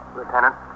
Lieutenant